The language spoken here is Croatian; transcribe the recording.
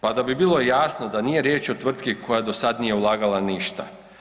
Pa da bi bilo jasno da nije riječ o tvrtki koja do sada nije ulagala ništa.